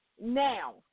now